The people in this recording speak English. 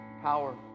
power